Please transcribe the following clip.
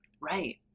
right